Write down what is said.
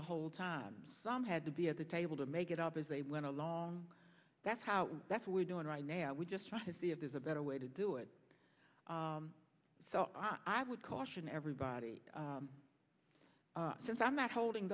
the whole time some had to be at the table to make it up as they went along that's how that's what we're doing right now we're just trying to see if there's a better way to do it so i would caution everybody since i'm not holding